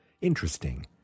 Interesting